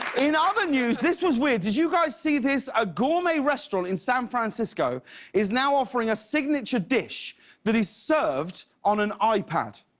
in other news, this was weird. did you guys see this, a gourmet restaurant in san francisco is now offering a signature dish that is served on an i pad.